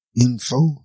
info